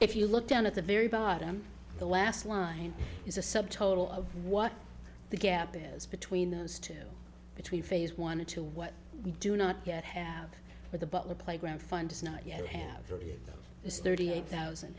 if you look down at the very bottom the last line is a subtotal of what the gap is between those two between phase one into what we do not yet have with the butler playground fund is not yet have its thirty eight thousand